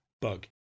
bug